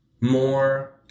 more